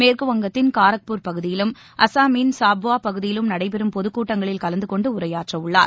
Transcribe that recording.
மேற்குவங்கத்தின் காரக்பூர் பகுதியிலும் அஸ்ஸாமின் சப்வா பகுதியிலும் நடைபெறும் பொதுக்கூட்டங்களில் கலந்து கொண்டு உரையாற்றவுள்ளார்